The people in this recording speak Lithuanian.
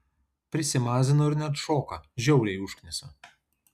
prisimazino ir neatšoka žiauriai užknisa